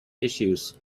issues